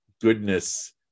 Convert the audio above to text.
goodness